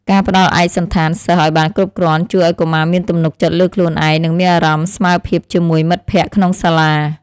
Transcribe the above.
ការផ្តល់ឯកសណ្ឋានសិស្សឱ្យបានគ្រប់គ្រាន់ជួយឱ្យកុមារមានទំនុកចិត្តលើខ្លួនឯង និងមានអារម្មណ៍ស្មើភាពជាមួយមិត្តភក្តិក្នុងសាលា។